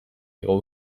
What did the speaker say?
hego